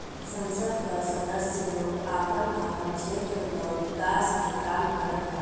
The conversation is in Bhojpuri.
संसद कअ सदस्य लोग आपन आपन क्षेत्र कअ विकास के काम करत बाने